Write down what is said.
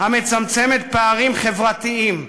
המצמצמת פערים חברתיים,